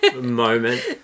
Moment